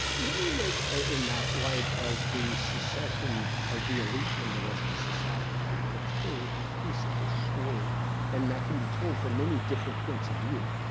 what do you make ah in that light of the secession of the elite from the rest of society because that's clearly a big piece of this story and that can be told for many different points of view.